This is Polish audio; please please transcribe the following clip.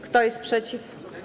Kto jest przeciw?